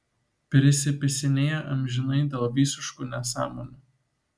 prisipisinėja amžinai dėl visiškų nesąmonių